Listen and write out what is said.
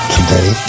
Today